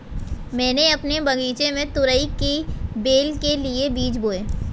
मैंने अपने बगीचे में तुरई की बेल के लिए बीज बोए